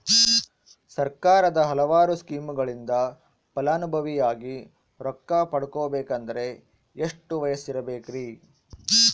ಸರ್ಕಾರದ ಹಲವಾರು ಸ್ಕೇಮುಗಳಿಂದ ಫಲಾನುಭವಿಯಾಗಿ ರೊಕ್ಕ ಪಡಕೊಬೇಕಂದರೆ ಎಷ್ಟು ವಯಸ್ಸಿರಬೇಕ್ರಿ?